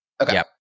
Okay